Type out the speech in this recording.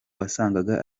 wasangaga